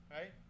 right